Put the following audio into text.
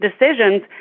decisions